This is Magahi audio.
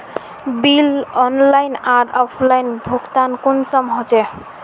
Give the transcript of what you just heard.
बिल ऑनलाइन आर ऑफलाइन भुगतान कुंसम होचे?